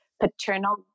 paternal